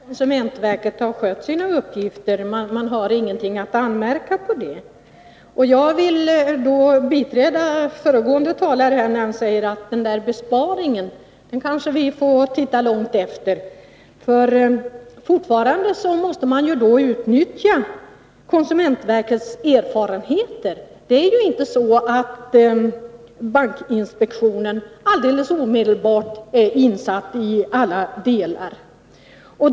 Herr talman! Hadar Cars säger att konsumentverket har skött sina uppgifter och att man inte har något att anmärka på det. Jag vill då biträda den talare som menade att den där besparingen kanske vi får titta långt efter. Fortfarande måste man ju utnyttja konsumentverkets erfarenheter. Det är inte så att bankinspektionen alldeles omedelbart är insatt i alla delar.